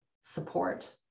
support